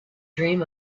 dream